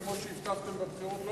כמו שהבטחתם בבחירות,